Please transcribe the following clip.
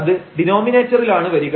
അത് ഡിനോമിനേറ്ററിലാണ് വരിക